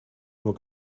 nur